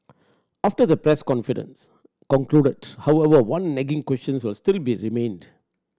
after the press confidence concluded however one nagging question will still be remained